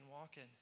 walking